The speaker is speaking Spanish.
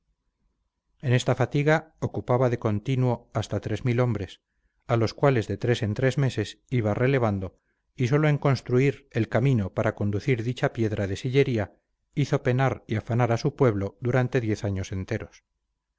en esta fatiga ocupaba de continuo hasta hombres a los cuales de tres en tres meses iba relevando y solo en construir el camino para conducir dicha piedra de sillería hizo penar y afanar a su pueblo durante diez años enteros